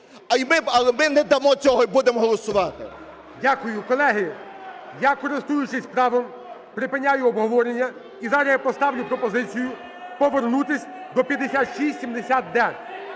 Але ми не дамо цього і будемо голосувати. ГОЛОВУЮЧИЙ. Дякую. Колеги, я користуючись правом припиняю обговорення і зараз я поставлю пропозицію повернутись до 5670-д.